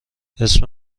اسم